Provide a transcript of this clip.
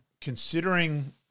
Considering